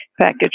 package